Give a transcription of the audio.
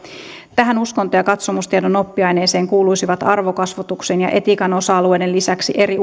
tähän uskonto ja katsomustiedon oppiaineeseen kuuluisivat arvokasvatuksen ja etiikan osa alueiden lisäksi eri